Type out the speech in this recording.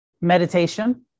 Meditation